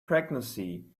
pregnancy